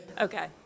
Okay